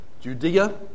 Judea